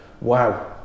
Wow